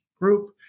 group